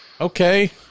Okay